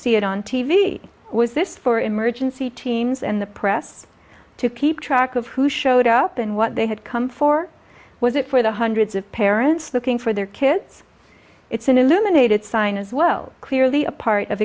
see it on t v was this for emergency teams and the press to keep track of who showed up and what they had come for was it for the hundreds of parents looking for their kids it's an illuminated sign as well clearly a part of